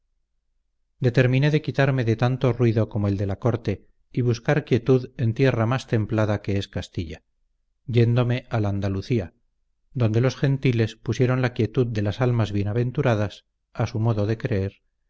determiné de quitarme de tanto ruido como el de la corte y buscar quietud en tierra más templada que es castilla yéndome al andalucía donde los gentiles pusieron la quietud de las almas bienaventuradas a su modo de creer